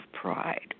pride